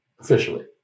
officially